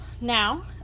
now